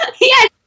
Yes